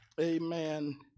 Amen